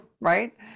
right